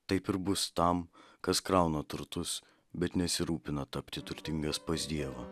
taip ir bus tam kas krauna turtus bet nesirūpina tapti turtingas pas dievą